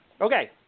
Okay